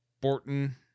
Borton